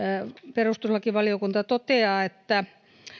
perustuslakivaliokunta toteaa että